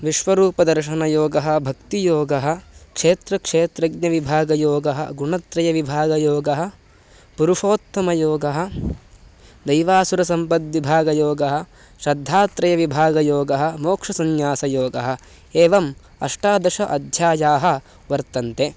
विश्वरूपदर्शनयोगः भक्तियोगः क्षेत्रक्षेत्रज्ञविभागयोगः गुणत्रयविभागयोगः पुरुषोत्तमयोगः दैवासुरसम्पत्तिभागयोगः श्रद्धात्रयविभागयोगः मोक्षसंन्यासयोगः एवम् अष्टादश अध्यायाः वर्तन्ते